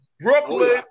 Brooklyn